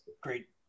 great